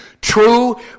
True